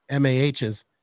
mahs